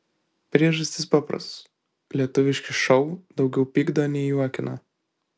priežastys paprastos lietuviški šou daugiau pykdo nei juokina